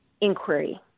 inquiry